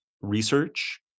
research